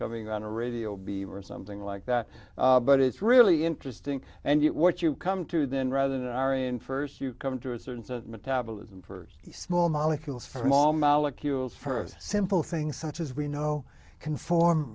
going on a radio beaver something like that but it's really interesting and what you come to then rather than aryan st you come to a certain metabolism for small molecules for small molecules for simple things such as we know conform